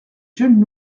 jeunes